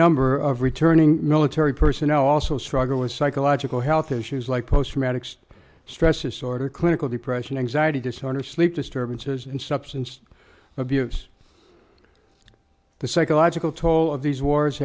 number of returning military personnel also struggle with psychological health issues like post traumatic stress stress disorder clinical depression anxiety disorder sleep disturbances and substance abuse the psychological toll of these wars